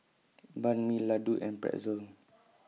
Banh MI Ladoo and Pretzel